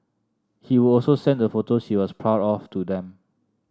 he would also send the photos he was proud of to them